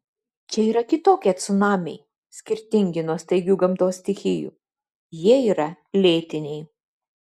čia yra kitokie cunamiai skirtingi nuo staigių gamtos stichijų jie yra lėtiniai